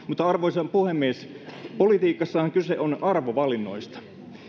arvoisa puhemies politiikassahan kyse on arvovalinnoista